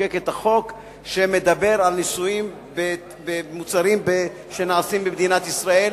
שחוקק את החוק שמדבר על ניסויים במוצרים שנעשים במדינת ישראל.